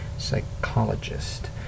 psychologist